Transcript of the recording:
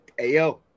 Ayo